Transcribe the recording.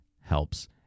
helps